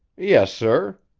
yes, sir.